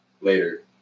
later